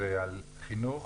ועל חינוך